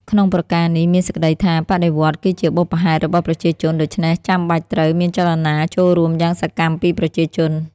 ក្នុងប្រការនេះមានសេចក្តីថា”បដិវត្តន៍គឺជាបុព្វហេតុរបស់ប្រជាជន”ដូច្នេះ ចាំបាច់ត្រូវ មានចលនាចូលរួមយ៉ាងសកម្មពីប្រជាជន។